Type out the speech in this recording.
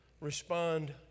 respond